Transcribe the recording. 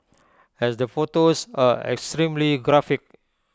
as the photos are extremely graphic